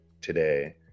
today